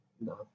No